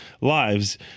lives